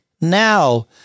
now